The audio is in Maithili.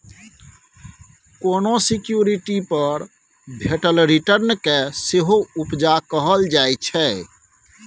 कोनो सिक्युरिटी पर भेटल रिटर्न केँ सेहो उपजा कहल जाइ छै